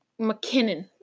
McKinnon